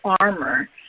armor